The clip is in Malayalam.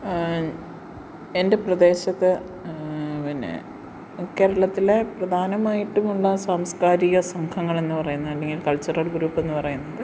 എൻ്റെ പ്രദേശത്ത് പിന്നെ കേരളത്തിലെ പ്രധാനമായിട്ടുമുള്ള സംസ്കാരിക സംഘങ്ങളെന്നു പറയുന്ന അല്ലെങ്കിൽ കൾച്ചറൽ ഗ്രൂപ്പെന്നു പറയുന്നത്